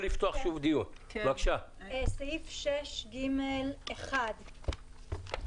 סעיף 6(ג)(1).